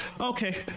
Okay